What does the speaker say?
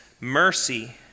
Mercy